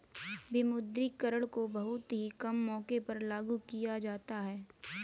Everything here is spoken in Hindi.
विमुद्रीकरण को बहुत ही कम मौकों पर लागू किया जाता है